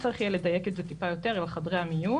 צריך יהיה לדייק את זה טיפה יותר, אלא חדרי המיון.